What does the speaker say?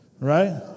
right